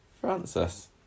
Francis